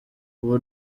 ubu